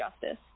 justice